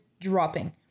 dropping